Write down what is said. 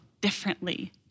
differently